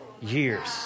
years